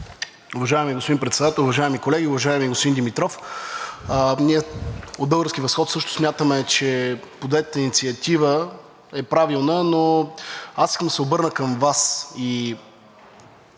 Уважаеми господин Председател, уважаеми колеги! Уважаеми господин Димитров, ние от „Български възход“ също смятаме, че подетата инициатива е правилна, но аз искам да се обърна към Вас